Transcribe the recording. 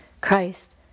Christ